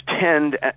tend